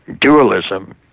dualism